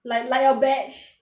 like like your batch